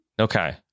Okay